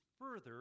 further